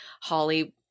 Holly